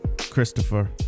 Christopher